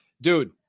dude